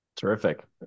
Terrific